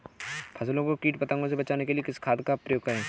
फसलों को कीट पतंगों से बचाने के लिए किस खाद का प्रयोग करें?